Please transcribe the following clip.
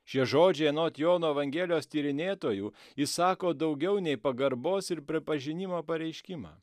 šie žodžiai anot jono evangelijos tyrinėtojų išsako daugiau nei pagarbos ir pripažinimo pareiškimą